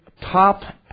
top